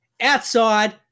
Outside